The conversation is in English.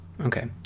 okay